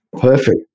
Perfect